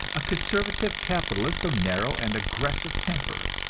a conservative capitalist of narrow and aggressive temper,